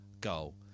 goal